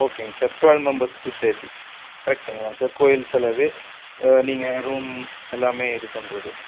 ஓகேங்க sir twelve மெம்பெர்ஸ்க்கும் சேர்த்தி கரெக்ட்டுங்களாங்க சார் கோயில் செலவு நீங்கள் ரூம் எல்லாமே இது பண்ணுறது